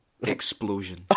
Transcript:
Explosion